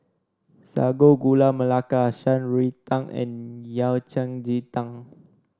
Sago Gula Melaka Shan Rui Tang and Yao Cai Ji Tang